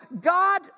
God